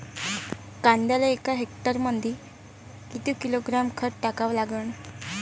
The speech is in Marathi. कांद्याले एका हेक्टरमंदी किती किलोग्रॅम खत टाकावं लागन?